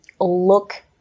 look